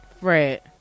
right